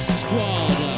squad